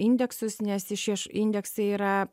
indeksus nes išieši indeksai yra